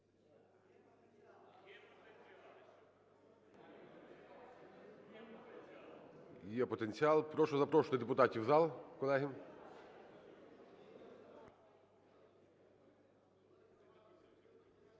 Є потенціал. Прошу запрошувати депутатів у зал,